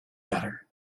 better